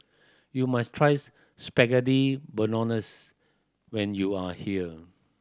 you must try Spaghetti Bolognese when you are here